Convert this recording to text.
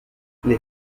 les